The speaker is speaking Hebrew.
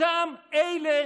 אותם אלה